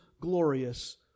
glorious